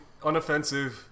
unoffensive